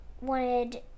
wanted